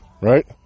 Right